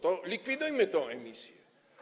To likwidujmy tę emisję.